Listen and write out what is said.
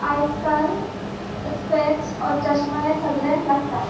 आयज काल specs or चश्मा हें सगल्यांक लागता